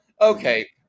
okay